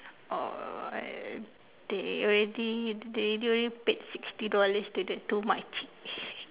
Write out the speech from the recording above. oh uh they already they already paid sixty dollars to the two makcik